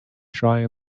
try